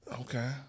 Okay